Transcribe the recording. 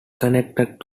connected